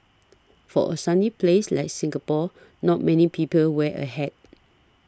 for a sunny place like Singapore not many people wear a hat